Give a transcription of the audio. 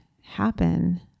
happen